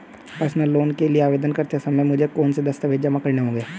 Personal loan के लिए आवेदन करते समय मुझे कौन से दस्तावेज़ जमा करने होंगे?